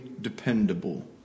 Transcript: dependable